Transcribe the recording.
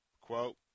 quote